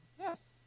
Yes